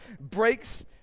breaks